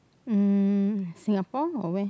um Singapore or where